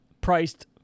priced